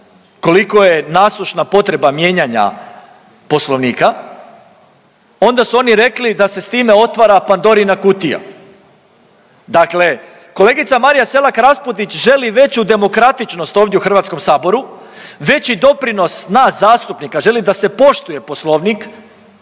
koliko je nazočna potreba mijenjanja Poslovnika, onda su oni rekli da se s time otvara Pandorina kutija. Dakle, kolegica Marija Selak Raspudić želi veću demokratičnost ovdje u Hrvatskom saboru, veći doprinos nas zastupnika, želi da se poštuje Poslovnik,